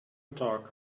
clark